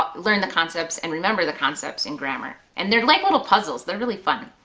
but learn the concepts and remember the concepts in grammar. and they're like little puzzles, they're really fun.